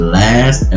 last